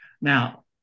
Now